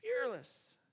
fearless